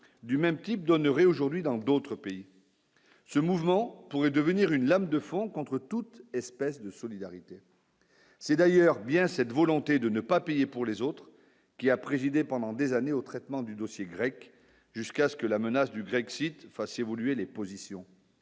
du même type d'honorer aujourd'hui dans d'autres pays, ce mouvement pourrait devenir une lame de fond contre toute espèce de solidarité, c'est d'ailleurs bien cette volonté de ne pas payer pour les autres, qui a présidé pendant des années au traitement du dossier grec jusqu'à ce que la menace du Brexit fasse évoluer les positions,